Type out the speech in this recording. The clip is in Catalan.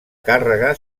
càrrega